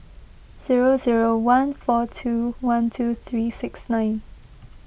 zero zero one four two one two three six nine